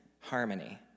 harmony